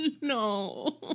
no